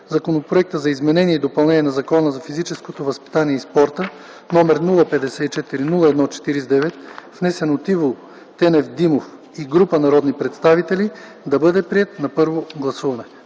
Законопроектът за изменение и допълнение на Закона за физическото възпитание и спорта, № 054-01-49, внесен от Иво Тенев Димов и група народни представители, да бъде приет на първо гласуване.”